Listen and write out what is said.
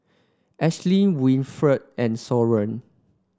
Ashlie Winnifred and Soren